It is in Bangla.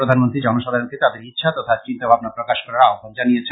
প্রধানমন্ত্রী জনসাধারণকে তাদের ইচ্ছা তথা চিন্তা ভাবনা প্রকাশ করার আহ্বান জানিয়েছেন